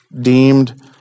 deemed